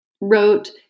wrote